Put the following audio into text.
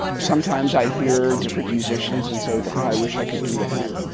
sometimes i hear different musicians and say well i wish i could do that.